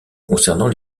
concernant